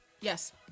Yes